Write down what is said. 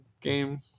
game